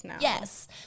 yes